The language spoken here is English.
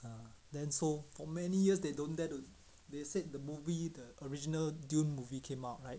ah then so for many years they don't dare to they said the movie the original dune movie came out right